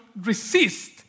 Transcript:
resist